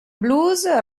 blues